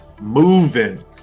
moving